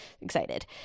excited